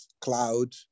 cloud